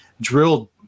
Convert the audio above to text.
drilled